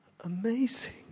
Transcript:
amazing